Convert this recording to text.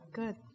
good